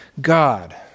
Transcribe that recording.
God